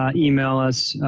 ah email us,